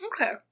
Okay